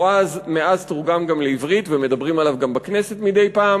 שמאז תורגם גם לעברית ומדברים עליו גם בכנסת מדי פעם,